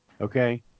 okay